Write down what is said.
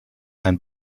ein